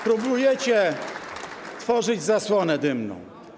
Próbujecie tworzyć zasłonę dymną.